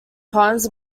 poems